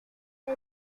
vie